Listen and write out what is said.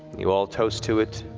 you all toast to it,